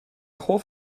hoff